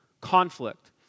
conflict